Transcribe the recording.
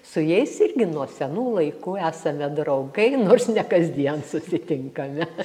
su jais irgi nuo senų laikų esame draugai nors ne kasdien susitinkame